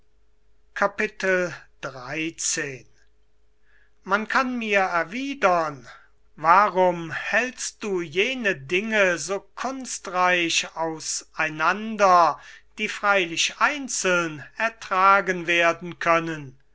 x man kann mir erwidern warum hältst du jene dinge so kunstreich aus einander die freilich einzeln ertragen werden können